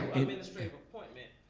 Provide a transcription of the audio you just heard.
administrative appointment,